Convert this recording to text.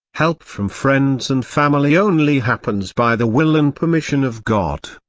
help from friends and family only happens by the will and permission of god.